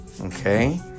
Okay